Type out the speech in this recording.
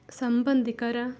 ಸಂಬಂಧಿಕರ